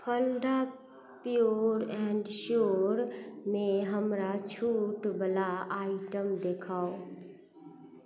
Phalada pure and श्योरमे हमरा छूटवला आइटम देखाउ